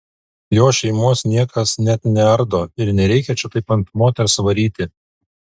jo šeimos niekas net neardo ir nereikia čia taip ant moters varyti